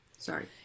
Sorry